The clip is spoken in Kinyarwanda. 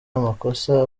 amakosa